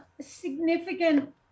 significant